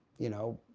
you know,